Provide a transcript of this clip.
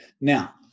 now